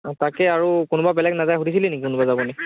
অঁ তাকে আৰু কোনোবা বেলেগ নাযায় সুধিছিলি নেকি কোনোবা যাব নি